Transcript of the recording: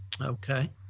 Okay